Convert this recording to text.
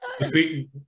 See